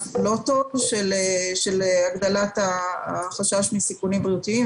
לא טוב של הגדלת החשש מסיכונים בריאותיים,